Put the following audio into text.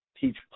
teach